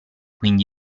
quindi